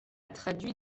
traduit